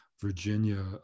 Virginia